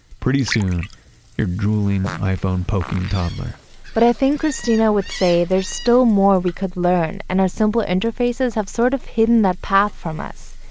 pretty soon you're drooling iphone poking toddler but i think christina would say there's still more we could learn and our simpler interfaces have sort of hidden that path from us.